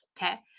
Okay